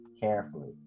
carefully